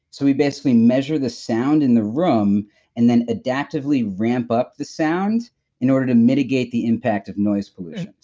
so, we basically measure the sound in the room and then adaptively ramp up the sound in order to mitigate the impact of noise pollution.